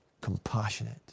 compassionate